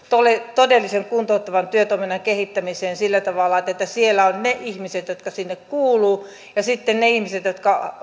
todellisen kuntouttavan työtoiminnan kehittämiseen sillä tavalla että että siellä ovat ne ihmiset jotka sinne kuuluvat ja sitten niiden ihmisten jotka